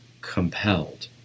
compelled